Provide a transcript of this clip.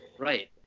Right